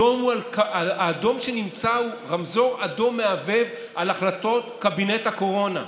האדום שנמצא הוא רמזור אדום מהבהב על החלטות קבינט הקורונה.